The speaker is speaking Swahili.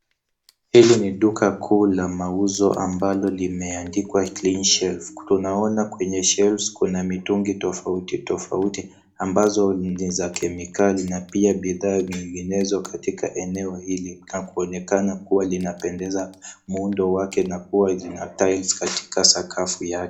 Hili ni duka kuu la mauzo ambalo limeandikwa, cleanshelf. Tunaona kwenye shelves kuna mitungi tofauti tofauti ambazo ni za kemikali na pia bidhaa zinginezo katika eneo hili na kuonekana kuwa linapendeza muundo wake na kuwa lina tiles katika sakafu yake.